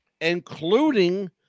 including